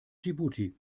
dschibuti